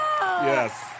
yes